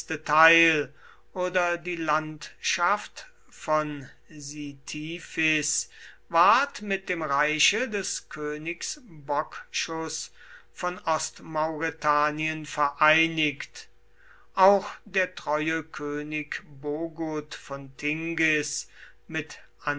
teil oder die landschaft von sitifis ward mit dem reich des königs bocchus von ostmauretanien vereinigt auch der treue könig bogud von tingis mit